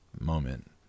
moment